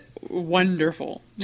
wonderful